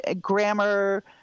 grammar